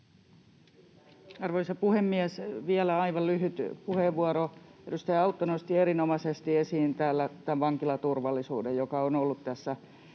Arvoisa puhemies! Vielä aivan lyhyt puheenvuoro. Edustaja Autto nosti erinomaisesti esiin tämän vankilaturvallisuuden, joka on ollut tässä